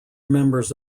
members